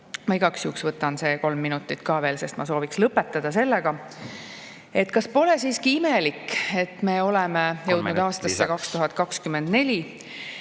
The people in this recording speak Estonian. Ma igaks juhuks võtan kolm minutit veel, sest ma soovin lõpetada sellega, et kas pole siiski imelik, et me oleme jõudnud aastasse 2024